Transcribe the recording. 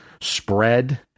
spread